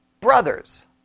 brothers